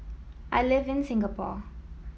I live in Singapore